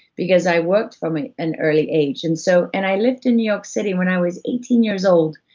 because i worked from an an early age and so and i lived in new york city when i was eighteen years old,